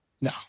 No